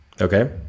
Okay